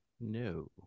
No